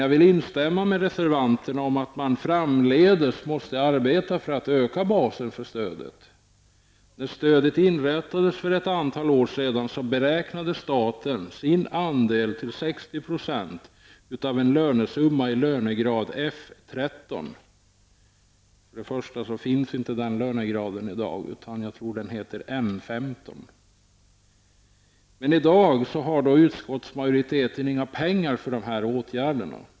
Jag vill instämma med reservanterna i att man framdeles måste arbeta för att öka basen för stödet. När stödet inrättades för ett antal år sedan, beräknade staten sin andel till 60 % av lönesumman i lönegrad F13. Denna lönegrad finns inte i dag. Jag tror att den heter M15. Men i dag anser utskottsmajoriteten att det inte finns pengar för dessa åtgärder.